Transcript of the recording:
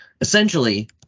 Essentially